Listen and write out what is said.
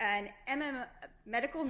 and i'm a medical